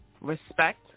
respect